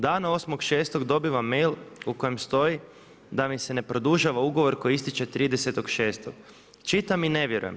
Dana 8.6. dobivam mail u kom stoji da mi se ne produžava ugovor koji ističe 30.6. čitam i ne vjerujem.